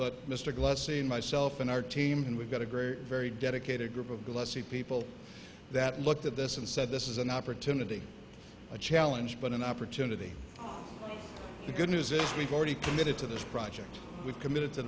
but mr glegg saying myself and our team and we've got a great very dedicated group of glassy people that looked at this and said this is an opportunity a challenge but an opportunity the good news is we've already committed to this project we've committed to